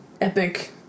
epic